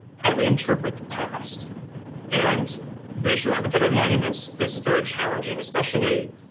how do we interpret the past and this year on confederate monuments is very challenging, especially,